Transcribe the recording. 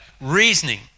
reasoning